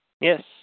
yes